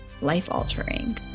life-altering